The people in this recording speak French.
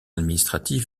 administratif